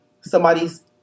somebody's